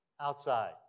outside